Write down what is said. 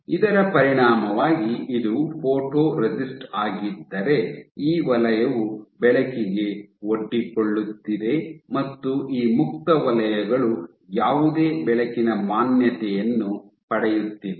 ಇದರ ಪರಿಣಾಮವಾಗಿ ಇದು ಫೋಟೊರೆಸಿಸ್ಟ್ ಆಗಿದ್ದರೆ ಈ ವಲಯವು ಬೆಳಕಿಗೆ ಒಡ್ಡಿಕೊಳ್ಳುತ್ತಿದೆ ಮತ್ತು ಈ ಮುಕ್ತ ವಲಯಗಳು ಯಾವುದೇ ಬೆಳಕಿನ ಮಾನ್ಯತೆಯನ್ನು ಪಡೆಯುತ್ತಿಲ್ಲ